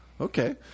Okay